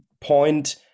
point